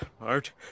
Art